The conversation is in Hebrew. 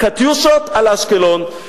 "קטיושות" על אשקלון.